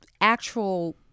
actual